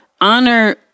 honor